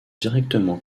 directement